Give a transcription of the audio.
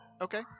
Okay